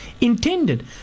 Intended